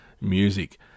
music